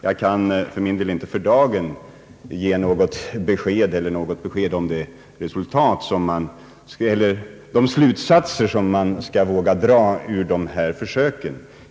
Jag kan för dagen inte ge något besked om de slutsatser som kan dras av dessa försök.